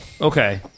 Okay